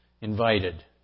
invited